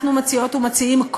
אנחנו מציעות ומציעים,